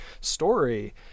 story